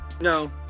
No